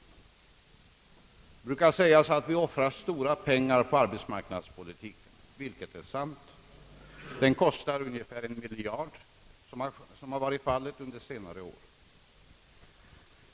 Det kan visserligen med fog sägas att vi offrar stora pengar på arbetsmarknadspolitiken — den kostar ungefär en miljard, som fallet varit under senare år.